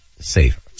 safe